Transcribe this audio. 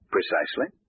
Precisely